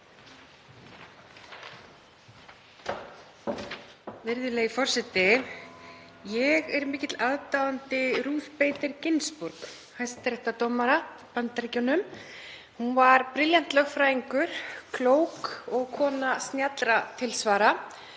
Virðulegi forseti. Ég er mikill aðdáandi Ruth Bader Ginsburg, hæstaréttardómara í Bandaríkjunum. Hún var brilljant lögfræðingur, klók og kona snjallra tilsvara.